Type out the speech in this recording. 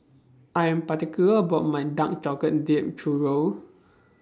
I Am particular about My Dark Chocolate Dipped Churro